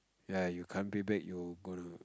ya you can't pay back you go to